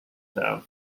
town